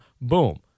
Boom